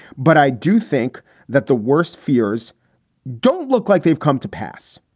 but i do think that the worst fears don't look like they've come to pass.